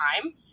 time